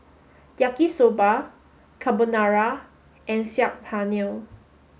Yaki Soba Carbonara and Saag Paneer